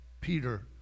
Peter